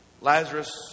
Lazarus